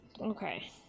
okay